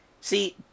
See